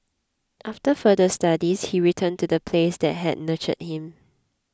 after further studies he returned to the place that had nurtured him